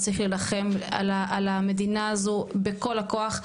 צריך להילחם על המדינה הזו בכל הכוח,